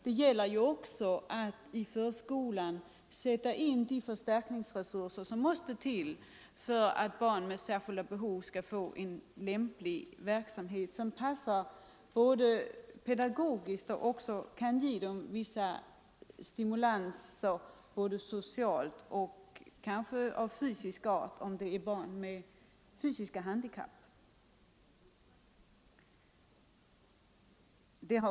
Det gäller ju också att i förskolan sätta in de förstärkningsresurser som måste till för att barn med särskilda behov skall få del av en verksamhet som dels passar dem pedagogiskt, dels kan ge dem viss stimulans både socialt och kanske av fysisk art, om det är barn med fysiska handikapp.